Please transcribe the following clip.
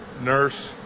nurse